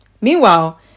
Meanwhile